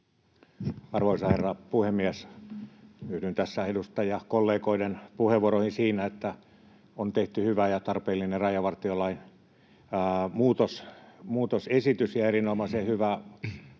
Arvoisa herra puhemies! Yhdyn tässä edustajakollegoiden puheenvuoroihin siinä, että on tehty hyvä ja tarpeellinen rajavartiolain muutosesitys ja erinomaisen hyvä